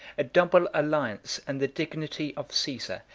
a double alliance, and the dignity of caesar,